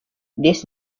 this